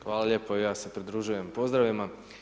Hvala lijepo, i ja im se pridružujem pozdravima.